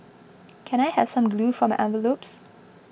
can I have some glue for my envelopes